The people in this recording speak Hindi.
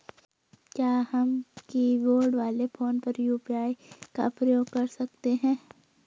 क्या हम कीबोर्ड वाले फोन पर यु.पी.आई का प्रयोग कर सकते हैं?